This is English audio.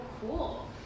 cool